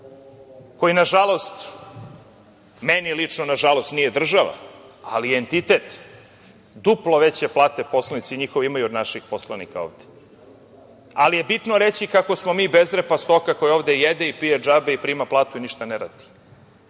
koji nažalost, meni lično, nažalost nije država, ali entitet duplo veće plate poslanici njihovi imaju od naših poslanika ovde. Ali, bitno je reći kako smo mi bezrepa stoka koja ovde jede, pije džabe i prima platu i ništa ne radi.